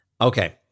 Okay